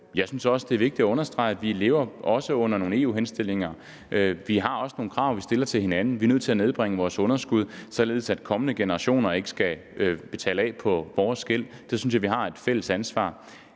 Jeg synes også, at det er vigtigt at understrege, at vi også lever under nogle EU-henstillinger. Der er også nogle krav, vi stiller til hinanden. Vi er nødt til at nedbringe vores underskud, således at kommende generationer ikke skal betale af på vores gæld. Det synes jeg vi har et fælles ansvar